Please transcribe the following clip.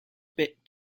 bit